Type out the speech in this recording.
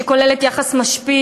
שכוללת יחס משפיל,